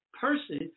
person